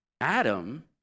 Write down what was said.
Adam